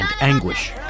anguish